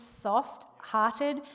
soft-hearted